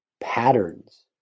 patterns